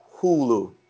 Hulu